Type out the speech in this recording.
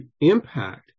impact